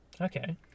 Okay